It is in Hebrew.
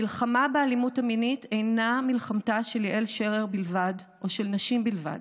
המלחמה באלימות מינית אינה מלחמתה של יעל שרר בלבד או של נשים בלבד,